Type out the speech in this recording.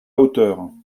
hauteur